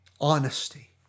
honesty